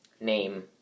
name